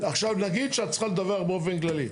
עכשיו, נגיד שאת צריכה לדווח באופן כללי.